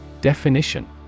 Definition